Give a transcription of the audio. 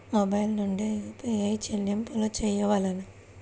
Mobile నుండే UPI చెల్లింపులు చేయవలెనా?